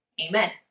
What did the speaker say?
Amen